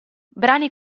brani